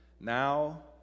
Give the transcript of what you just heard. now